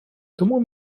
тому